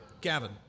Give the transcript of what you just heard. Gavin